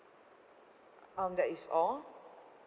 uh um that is all